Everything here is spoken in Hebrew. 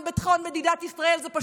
ביטחון מדינת ישראל זה פשוט להתפטר.